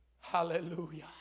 hallelujah